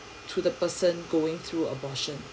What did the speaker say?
to the person going through abortion